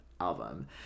album